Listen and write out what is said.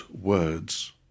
words